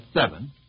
seven